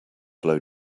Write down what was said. blow